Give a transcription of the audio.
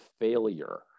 failure